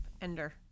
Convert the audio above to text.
ender